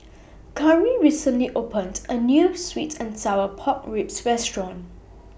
Cari recently opened A New Sweet and Sour Pork Ribs Restaurant